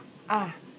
ah